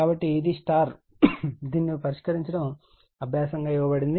కాబట్టి ఇది Y దీనిని పరిష్కరించడం అభ్యాసం గా ఇవ్వబడింది